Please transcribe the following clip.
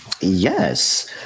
Yes